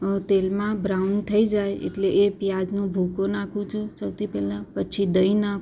તેલમાં બ્રાઉન થઈ જાય એટલે એ પ્યાજનો ભૂકો નાખું છું સૌથી પહેલાં પછી દહીં નાખું